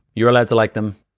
you're allowed to like them.